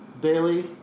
Bailey